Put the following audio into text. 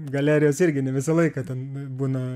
galerijos irgi ne visą laiką ten būna